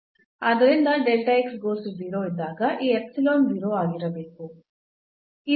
ಆದ್ದರಿಂದ ಇದ್ದಾಗ ಈ ಎಪ್ಸಿಲಾನ್ 0 ಆಗಿರಬೇಕು